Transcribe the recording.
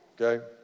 Okay